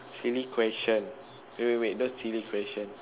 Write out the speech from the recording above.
silly question wait wait wait those silly question